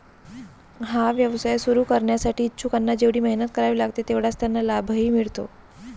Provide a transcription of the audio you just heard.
हा व्यवसाय सुरू करण्यासाठी इच्छुकांना जेवढी मेहनत करावी लागते तेवढाच त्यांना लाभही मिळतो